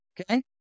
Okay